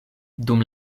dum